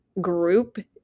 group